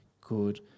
good